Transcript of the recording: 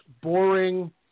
boring